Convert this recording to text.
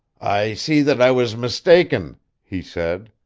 i see that i was mistaken he said.